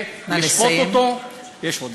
החלטת הוועדה המשותפת צריכה לקבל את אישור המליאה,